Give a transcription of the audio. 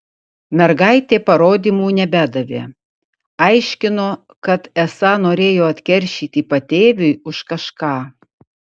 mergaitė parodymų nebedavė aiškino kad esą norėjo atkeršyti patėviui už kažką